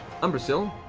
umbrasyl